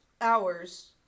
hours